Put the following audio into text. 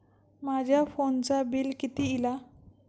माझ्या फोनचा बिल किती इला?